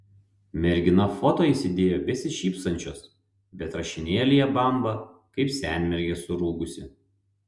mergina foto įsidėjo besišypsančios bet rašinėlyje bamba kaip senmergė surūgusi